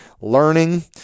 learning